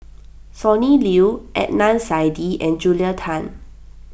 Sonny Liew Adnan Saidi and Julia Tan